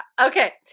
Okay